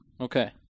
Okay